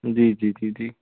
जी जी जी जी